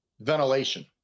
ventilation